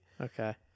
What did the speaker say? Okay